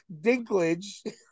Dinklage